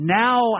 now